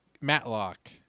Matlock